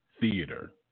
theater